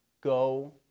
Go